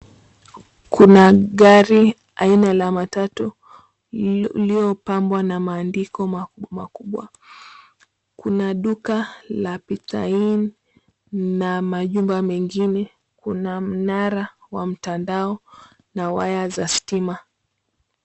Kunagari aina la matatu lililopambwa na maandiko makubwa makubwa. Kuna duka la pizza inn na majumba mengine, kuna mnara wa mtandao na waya za stima.